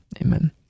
amen